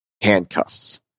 handcuffs